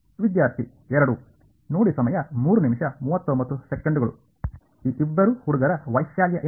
ಈ ಇಬ್ಬರು ಹುಡುಗರ ವೈಶಾಲ್ಯ ಏನು